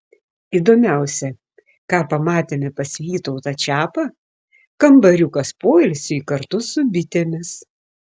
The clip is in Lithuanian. įdomiausia ką pamatėme pas vytautą čiapą kambariukas poilsiui kartu su bitėmis